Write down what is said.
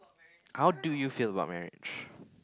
how do you feel about marriage